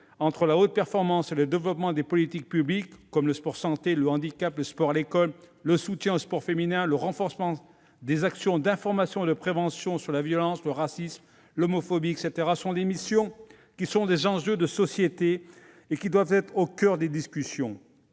entre la haute performance et le développement des politiques publiques, comme le sport santé, le handisport, le sport à l'école, le soutien au sport féminin, le renforcement des actions d'information et de prévention sur la violence, le racisme, l'homophobie, etc. Toutes ces missions, qui constituent de véritables enjeux de société, doivent être au coeur des discussions.